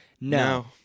No